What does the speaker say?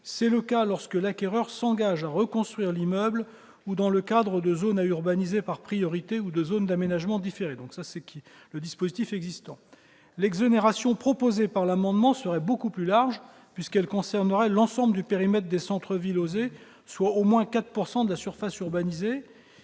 C'est le cas lorsque l'acquéreur s'engage à reconstruire l'immeuble, ou dans le cadre de zones à urbaniser par priorité ou de zones d'aménagement différé. Tel est le dispositif existant. L'exonération proposée par l'amendement serait beaucoup plus large, puisqu'elle concernerait l'ensemble du périmètre des centres-villes OSER, soit au moins 4 % de la surface urbanisée